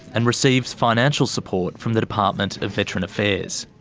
and receives financial support from the department of veteran affairs.